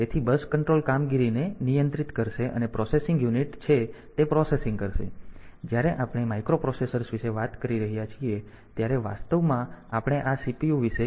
તેથી bus control કામગીરીને નિયંત્રિત કરશે અને પ્રોસેસિંગ યુનિટ છે તે પ્રોસેસિંગ કરશે